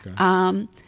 Okay